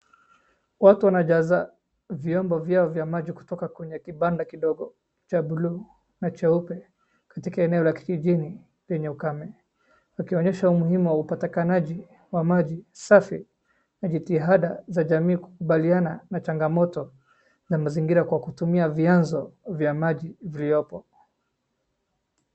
Watu wanajaza vyombo vyao vya maji kutoka kwenye kibanda kidogo cha buluu na cheupe katika eneo la kijijini penye ukame wakionyesha umuhimu wa upatikanaji wa maji safi na jitihada za jamii kukabiliana na changamoto na mazingira kwa kutumia vyanzo vya maji viliopo.